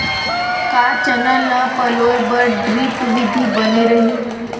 का चना ल पलोय बर ड्रिप विधी बने रही?